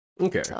Okay